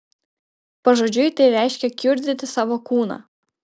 pažodžiui tai reiškia kiurdyti savo kūną